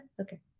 Okay